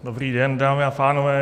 Dobrý den, dámy a pánové.